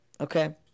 okay